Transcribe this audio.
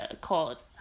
called